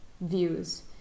views